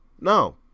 no